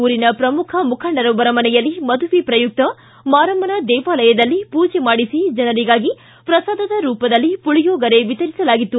ಊರಿನ ಶ್ರಮುಖ ಮುಖಂಡರೊಬ್ಬರ ಮನೆಯಲ್ಲಿ ಮದುವೆ ಪ್ರಯುಕ್ತ ಮಾರಮ್ಮನ ದೇವಾಲಯದಲ್ಲಿ ಪೂಜೆ ಮಾಡಿಸಿ ಜನರಿಗಾಗಿ ಪ್ರಸಾದದ ರೂಪದಲ್ಲಿ ಪುಳಿಯೋಗರೆ ವಿತರಿಸಲಾಗಿತ್ತು